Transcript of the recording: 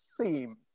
theme